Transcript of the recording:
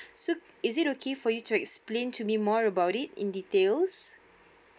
so is it okay for you to explain to me more about it in details